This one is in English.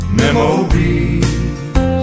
memories